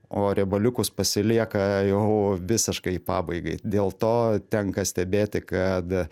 o riebaliukus pasilieka jau visiškai pabaigai dėl to tenka stebėti kad